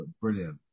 Brilliant